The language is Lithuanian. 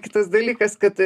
kitas dalykas kad